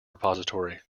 repository